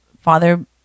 Father